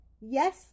Yes